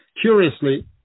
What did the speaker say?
Curiously